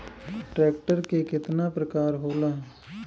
Tractor के केतना प्रकार होला?